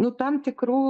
nu tam tikrų